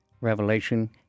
Revelation